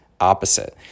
opposite